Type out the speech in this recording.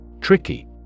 Tricky